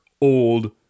old